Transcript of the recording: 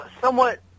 somewhat